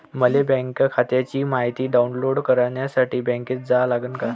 मले बँक खात्याची मायती डाऊनलोड करासाठी बँकेत जा लागन का?